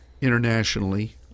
internationally